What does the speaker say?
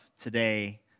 today